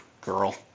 girl